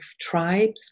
tribes